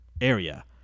area